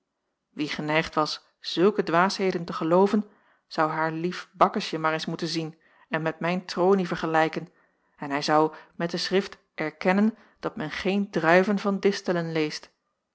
wie geneigd was zulke dwaasheden te gelooven zou haar lief bakkesje maar eens moeten zien en met mijn tronie vergelijken en hij zou met de schrift erkennen dat men geen druiven van distelen leest